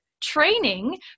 training